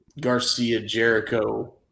Garcia-Jericho